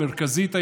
המרכזית,